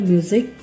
Music